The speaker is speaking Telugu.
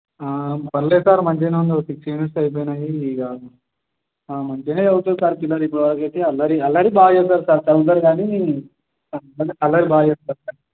పర్లేదు సార్ మంచిగానే ఉన్నారు సిక్స్ యూనిట్స్ అయిపోయినాయి ఇక మంచిగానే చదువుతారు సార్ పిల్లలు ఇప్పటి వరకు అయితే అల్లరి అల్లరి బాగా చేస్తారు సార్ చదువుతారు గానీ కాకపోతే అల్లరి బాగా చేస్తారు సార్